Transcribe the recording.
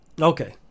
Okay